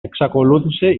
εξακολούθησε